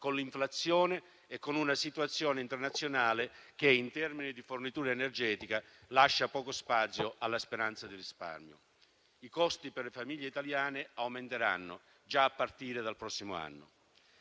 con l'inflazione e una situazione internazionale che, in termini di fornitura energetica, lascia poco spazio alla speranza di risparmio. I costi per le famiglie italiane aumenteranno già a partire dal prossimo anno.